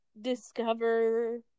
discover